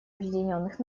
объединенных